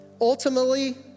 Ultimately